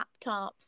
laptops